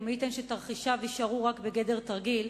ומי ייתן שתרחישיו יישארו רק בגדר תרגיל,